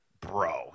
bro